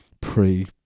pre